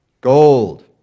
gold